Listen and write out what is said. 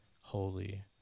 holy